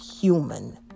human